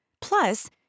Plus